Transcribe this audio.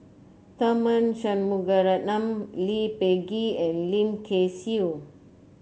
Tharman Shanmugaratnam Lee Peh Gee and Lim Kay Siu